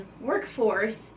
workforce